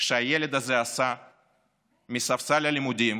שהילד הזה עשה מספסל הלימודים,